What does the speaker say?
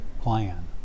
plan